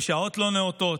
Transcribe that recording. בשעות לא נאותות.